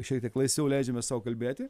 šiek tiek laisviau leidžiame sau kalbėti